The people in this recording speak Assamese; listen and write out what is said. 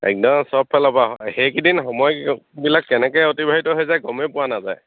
একদম চব ফালৰ পৰা সেইকেইদিন সময় বিলাক কেনেকৈ অতিবাহিত হৈ যায় গমেই পোৱা নাযায়